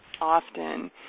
often